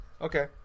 okay